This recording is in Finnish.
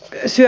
essi